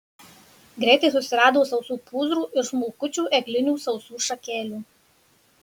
greitai susirado sausų pūzrų ir smulkučių eglinių sausų šakelių